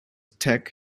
tech